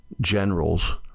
generals